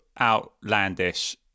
outlandish